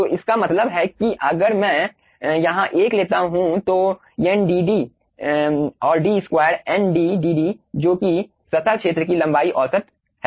तो इसका मतलब है कि अगर मैं यहां 1 लेता हूं तो n dd और d स्क्वायर n dd जो कि सतह क्षेत्र की लंबाई औसत है